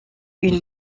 une